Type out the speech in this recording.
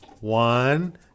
One